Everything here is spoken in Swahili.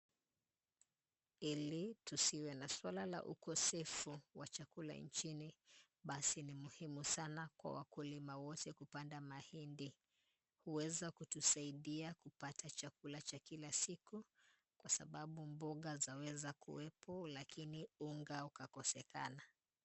Ili tusiwe na swala la ukosefu wa chakula nchini, basi ni muhimu sana kwa wakulima wote kupanda mahindi. Huweza kutusaidia kupata chakula cha kila siku, kwa sababu mboga zaweza kuwepo lakini unga ukakosekana.